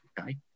Okay